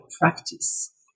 practice